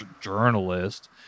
journalist